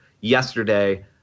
yesterday